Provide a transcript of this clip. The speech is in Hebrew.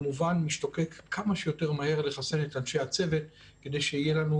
משתוקק כמה שיותר מהר לחסן את אנשי הצוות כדי שיהיה לנו